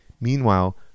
Meanwhile